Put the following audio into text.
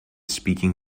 speaking